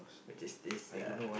which is this uh